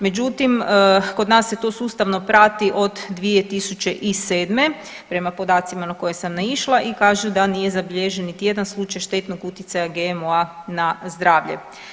Međutim, kod nas se to sustavno prati od 2007. prema podacima na koje sam naišla i kaže da nije zabilježen niti jedan slučaj štetnog uticaja GMO-a na zdravlje.